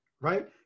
right